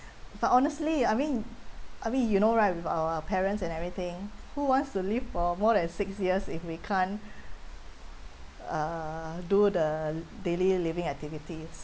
but honestly I mean I mean you know right with our parents and everything who wants to live for more than six years if we can't uh do the daily living activities